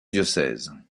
diocèse